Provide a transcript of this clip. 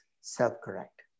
self-correct